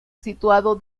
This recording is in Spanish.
situado